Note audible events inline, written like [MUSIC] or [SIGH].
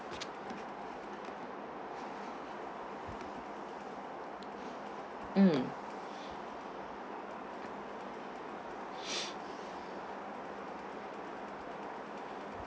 mm [BREATH]